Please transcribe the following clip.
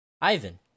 Ivan